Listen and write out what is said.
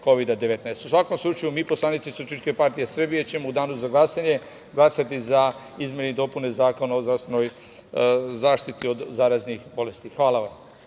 svakom slučaju mi poslanici SPS ćemo u danu za glasanje glasati za izmene i dopune Zakona o zdravstvenoj zaštiti od zaraznih bolesti. Hvala vam.